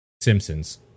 Simpsons